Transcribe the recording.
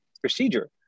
procedure